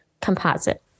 composite